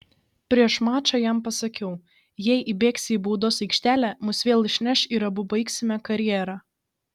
prieš mačą jam pasakiau jei įbėgsi į baudos aikštelę mus vėl išneš ir abu baigsime karjerą